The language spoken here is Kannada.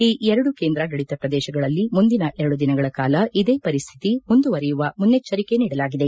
ಈ ಎರಡು ಕೇಂದ್ರಾಡಳಿತ ಪ್ರದೇಶಗಳಲ್ಲಿ ಮುಂದಿನ ಎರಡು ದಿನಗಳ ಕಾಲ ಇದೇ ಪರಿಸ್ತಿತಿ ಮುಂದುವರೆಯುವ ಮುನ್ನೆಜ್ವರಿಕೆ ನೀಡಲಾಗಿದೆ